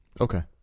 Okay